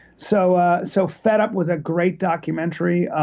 so ah so fed up was a great documentary.